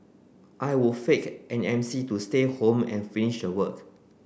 I would fake an M C to stay home and finish the work